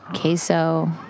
queso